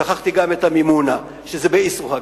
שכחתי גם את המימונה, שזה באסרו-חג.